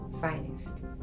finest